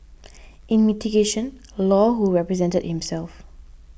in mitigation Law who represented himself